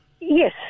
Yes